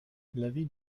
l’avis